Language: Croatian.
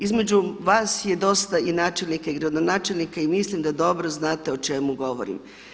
Između vas je dosta i načelnika i gradonačelnika i mislim da dobro znate o čemu govorim.